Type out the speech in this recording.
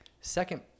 second